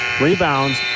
rebounds